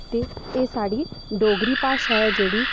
ते एह् साढ़ी डोगरी भाशा ऐ जेह्ड़ी